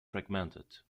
fragmented